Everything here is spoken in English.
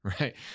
right